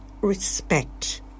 respect